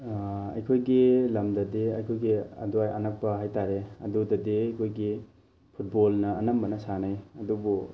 ꯑꯩꯈꯣꯏꯒꯤ ꯂꯝꯗꯗꯤ ꯑꯩꯈꯣꯏꯒꯤ ꯑꯗꯨꯋꯥꯏ ꯑꯅꯛꯄ ꯍꯥꯏꯇꯥꯔꯦ ꯑꯗꯨꯗꯗꯤ ꯑꯩꯈꯣꯏꯒꯤ ꯐꯨꯠꯕꯣꯜꯅ ꯑꯅꯝꯕꯅ ꯁꯥꯟꯅꯩ ꯑꯗꯨꯕꯨ